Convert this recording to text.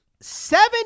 Seven